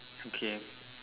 okay